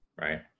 right